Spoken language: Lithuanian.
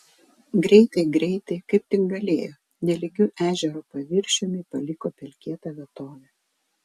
greitai greitai kaip tik galėjo nelygiu ežero paviršiumi paliko pelkėtą vietovę